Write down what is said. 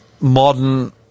modern